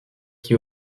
qui